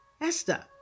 Esther